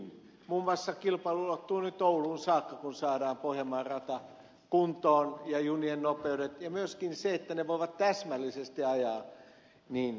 muun muassa kilpailu ulottuu nyt ouluun saakka kun saadaan pohjanmaan rata kuntoon ja junien nopeudet toimimaan ja myöskin se että ne voivat täsmällisesti ajaa